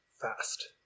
fast